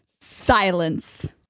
silence